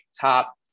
top